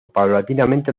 paulatinamente